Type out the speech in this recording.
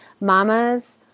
mamas